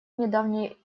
недавней